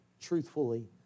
truthfully